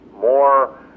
more